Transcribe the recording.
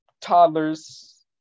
toddlers